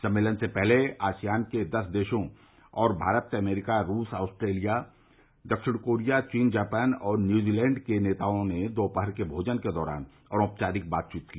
सम्मेलन से पहले आसियान के दस देशों और भारत अमरीका रूस ऑस्ट्रेलिया दक्षिण कोरिया चीन जापान और न्यूजीलैंड के नेताओं ने दोपहर के भोजन के दौरान अनौपचारिक बातचीत की